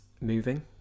moving